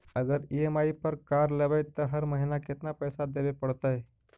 अगर ई.एम.आई पर कार लेबै त हर महिना केतना पैसा देबे पड़तै?